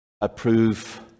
approve